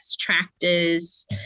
tractors